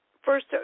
First